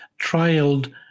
trialed